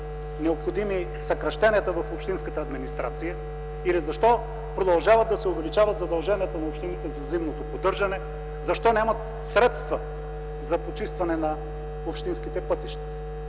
необходими съкращенията в общинската администрация; или защо продължават да се увеличават задълженията на общините за зимното поддържане; защо нямат средства за почистване на общинските пътища.